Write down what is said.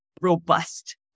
robust